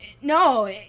no